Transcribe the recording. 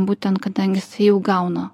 būtent kadangi jisai jau gauna